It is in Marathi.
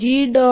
x G